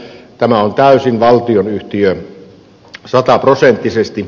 tämä on täysin valtionyhtiö sataprosenttisesti